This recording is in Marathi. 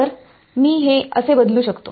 तर मी हे असे बदलू शकतो